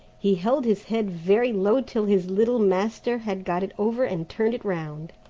he held his head very low till his little master had got it over and turned it round,